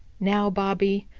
now, bobby,